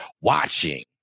watching